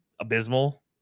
abysmal